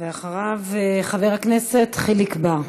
אחריו, חבר הכנסת חיליק בר.